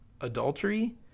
adultery